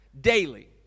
daily